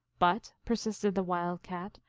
but, persisted the wild cat,